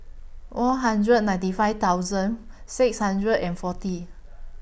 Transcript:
four hundred and ninety five thousand six hundred and forty